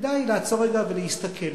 כדאי לעצור רגע ולהסתכל.